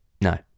No